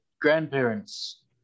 grandparents